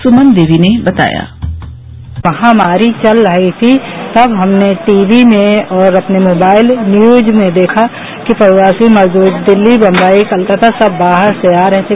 सुमन देवी ने बताया महामारी चल रही थी तब हमने टीवी में और अपने मोबाइल न्यूज में देखा कि प्रवासी मजदूर दिल्ली मुम्बई कोलकाता सब बाहर से आ रहे थे